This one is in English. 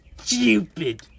Stupid